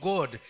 God